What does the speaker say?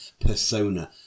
persona